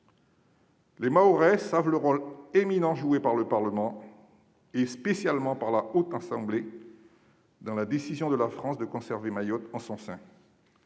Les Mahorais savent le rôle éminent joué par le Parlement, et spécialement par la Haute Assemblée, dans la décision de la France de conserver Mayotte en son sein.